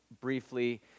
briefly